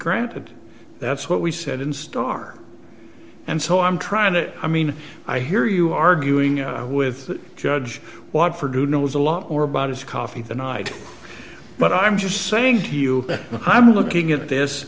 granted that's what we said in star and so i'm trying to i mean i hear you arguing with judge watford who knows a lot more about his coffee tonight but i'm just saying to you i'm looking at this